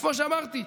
כמו שאמרתי,